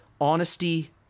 honesty